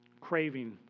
craving